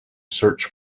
search